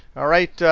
alright!